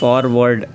forward